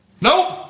Nope